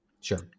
Sure